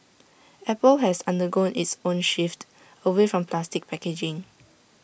apple has undergone its own shift away from plastic packaging